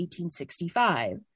1865